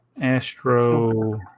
Astro